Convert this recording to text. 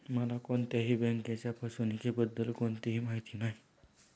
मला कोणत्याही बँकेच्या फसवणुकीबद्दल कोणतीही माहिती नाही